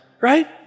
right